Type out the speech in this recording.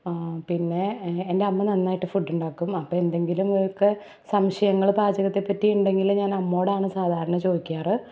പിന്നെ എ എൻ്റമ്മ നന്നായിട്ട് ഫുഡ്ഡുണ്ടാക്കും അപ്പം എന്തെങ്കിലും ഒക്കെ സംശയങ്ങള് പാചകത്തെപ്പറ്റി ഉണ്ടെങ്കില് ഞാനമ്മയോടാണ് സാധാരണ ചോദിക്കാറ്